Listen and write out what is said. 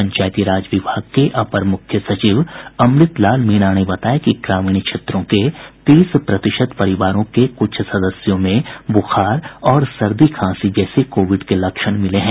पंचायती राज विभाग के अपर मुख्य सचिव अमृत लाल मीणा ने बताया कि ग्रामीण क्षेत्रों के तीस प्रतिशत परिवारों के कुछ सदस्यों में बुखार और सर्दी खांसी जैसे कोविड के लक्षण मिले हैं